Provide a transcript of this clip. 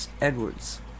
Edwards